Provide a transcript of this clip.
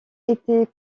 était